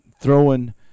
throwing